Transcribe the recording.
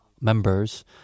members